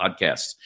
podcasts